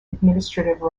administrative